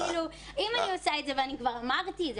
אמרתי,